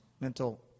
mental